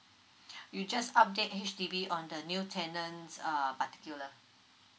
you just update H_D_B on the new tenant's err particular